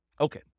Okay